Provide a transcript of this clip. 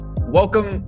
Welcome